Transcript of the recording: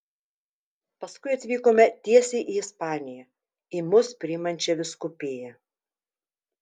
paskui atvykome tiesiai į ispaniją į mus priimančią vyskupiją